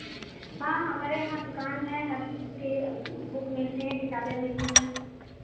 हाँ हमारे यहाँ दुकान है हर चीज़ की बुक मिलती हैं किताबें मिलती हैं